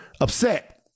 upset